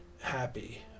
happy